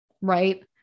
right